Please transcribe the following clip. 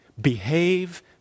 behave